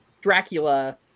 Dracula